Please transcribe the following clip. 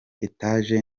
etaje